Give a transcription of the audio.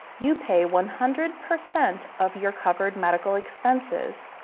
you pay one hundred percent of your covered medical expenses.